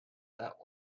that